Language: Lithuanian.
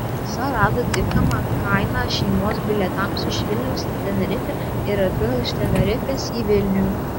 rasa rado tinkamą kainą šeimos bilietams iš vilniaus į tenerifę ir atgal iš tenerifės į vilnių